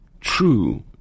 true